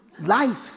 Life